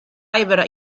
river